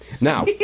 Now